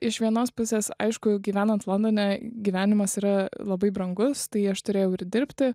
iš vienos pusės aišku gyvenant londone gyvenimas yra labai brangus tai aš turėjau ir dirbti